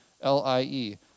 L-I-E